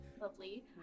Lovely